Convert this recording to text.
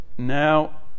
Now